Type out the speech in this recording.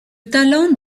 talent